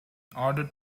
order